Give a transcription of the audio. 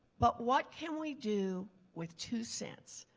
but what can we do with two cents?